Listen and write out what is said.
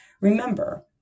Remember